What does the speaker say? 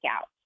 out